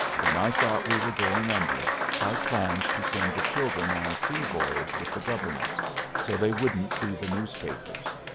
when i thought we were going under i planned to send the children on a sea-voyage with the governess so they wouldn't see the newspapers.